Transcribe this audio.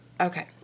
Okay